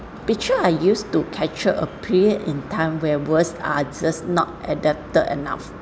beecher I used to capture a prayer in time we're worse odds just not adapted enough